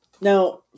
Now